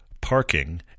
parking